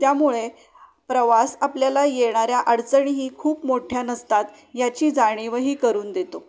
त्यामुळे प्रवास आपल्याला येणाऱ्या अडचणीही खूप मोठ्या नसतात याची जाणीवही करून देतो